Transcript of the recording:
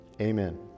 Amen